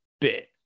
bit